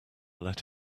let